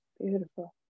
Beautiful